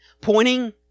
pointing